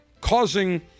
causing